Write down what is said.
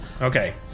Okay